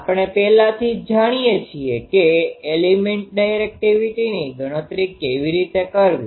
આપણે પહેલાથી જ જાણીએ છીએ કે એલિમેન્ટલ ડાયરેક્ટિવિટીની ગણતરી કેવી રીતે કરવી